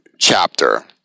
chapter